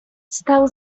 stał